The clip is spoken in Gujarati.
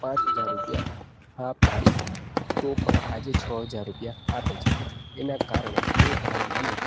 પાંચ હજાર રૂપિયા હા પાડી તો પણ આજે જ છ હજાર રૂપિયા આપે છે એના કારણે તે ભાઈ મને